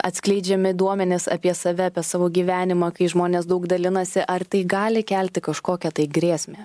atskleidžiami duomenys apie save apie savo gyvenimą kai žmonės daug dalinasi ar tai gali kelti kažkokią grėsmę